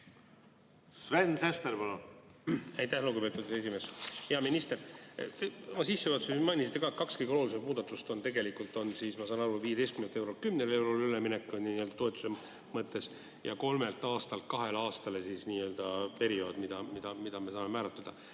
Sven Sester, palun!